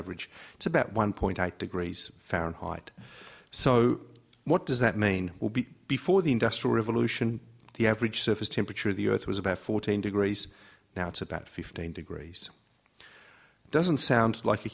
average it's about one point out degrees fahrenheit so what does that mean will be before the industrial revolution the average surface temperature of the earth was about fourteen degrees now it's about fifteen degrees doesn't sound like a